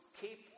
keep